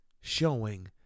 showing